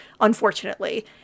unfortunately